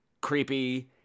creepy